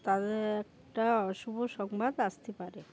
তাহলে একটা অশুভ সংবাদ আসতে পারে